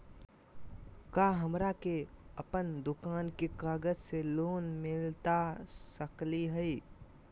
का हमरा के अपन दुकान के कागज से लोन मिलता सकली हई?